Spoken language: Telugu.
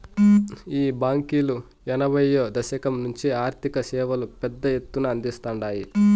ఈ బాంకీలు ఎనభైయ్యో దశకం నుంచే ఆర్థిక సేవలు పెద్ద ఎత్తున అందిస్తాండాయి